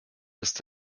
ist